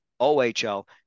ohl